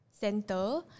center